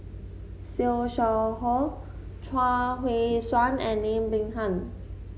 Siew Shaw Her Chuang Hui Tsuan and Lim Peng Han